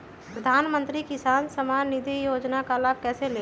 प्रधानमंत्री किसान समान निधि योजना का लाभ कैसे ले?